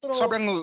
sobrang